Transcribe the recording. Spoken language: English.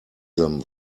them